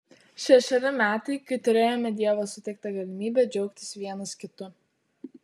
šešeri metai kai turėjome dievo suteiktą galimybę džiaugtis vienas kitu